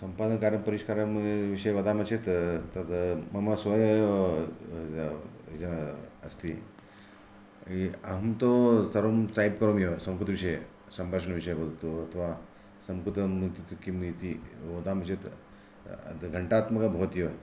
सम्पदानकार्यपरिष्कारं विषये वदामः चेत् तत् मम स्वयमेव अस्ति अहं तु सर्वं टैप् करोमि एव संस्कृतविषये सम्भाषणविषये भवतु अथवा संस्कृतम् इत्युक्ते किम् इति वदामि चेत् घण्टात्मकं भवत्येव